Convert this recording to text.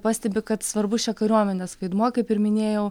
pastebi kad svarbus čia kariuomenės vaidmuo kaip ir minėjau